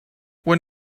when